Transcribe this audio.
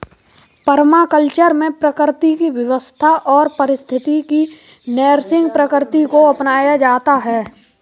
permaculture में प्रकृति की व्यवस्था अथवा पारिस्थितिकी की नैसर्गिक प्रकृति को अपनाया जाता है